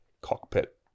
cockpit